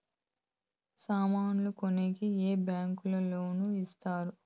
సామాన్లు కొనేకి ఏ బ్యాంకులు లోను ఇస్తారు?